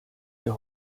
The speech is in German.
wir